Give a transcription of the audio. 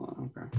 okay